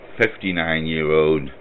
59-year-old